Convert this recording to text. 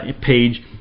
page